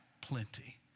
plenty